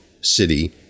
city